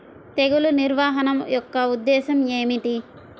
తెగులు నిర్వహణ యొక్క ఉద్దేశం ఏమిటి?